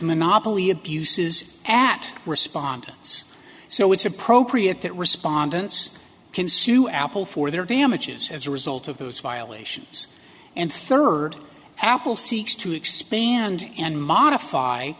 monopoly abuses at respondents so it's appropriate that respondents can sue apple for their damages as a result of those violations and third apple seeks to expand and modify